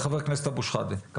כן, חבר הכנסת אבו שחאדה.